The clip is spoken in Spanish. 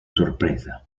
sorpresa